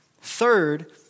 third